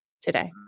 today